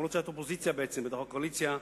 אף-על-פי שאת אופוזיציה בקואליציה,